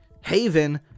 Haven